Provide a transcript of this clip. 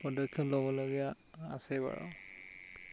পদক্ষেপ লবলগীয়া আছে বাৰু